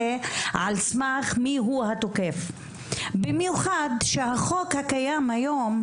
על סמך מי הוא התוקף במיוחד שבחוק הקיים היום,